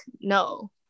no